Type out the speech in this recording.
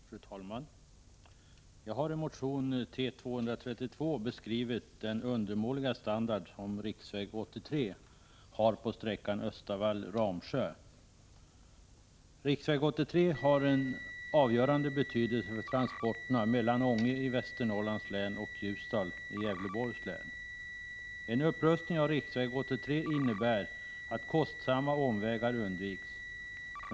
Fru talman! Jag har i motion T232 beskrivit den undermåliga standard som riksväg 83 har på sträckan Östavall-Ramsjö. Riksväg 83 har en avgörande betydelse för transporterna mellan Ånge i Västernorrlands län och Ljusdal i Gävleborgs län. En upprustning av riksväg 83 innebär att kostsamma omvägar undviks.